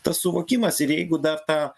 tas suvokimas ir jeigu dar tą